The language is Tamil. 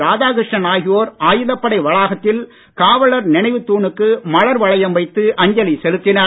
ராதாகிருஷ்ணன் ஆகியோர் ஆயுதப்படை வளாகத்தில் காவலர் நினைவு தூணுக்கு மலர் வளையம் வைத்து அஞ்சலி செலுத்தினர்